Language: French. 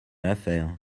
l’affaire